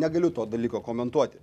negaliu to dalyko komentuoti